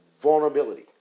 Vulnerability